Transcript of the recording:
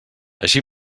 així